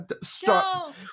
stop